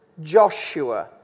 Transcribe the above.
Joshua